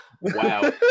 Wow